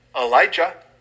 Elijah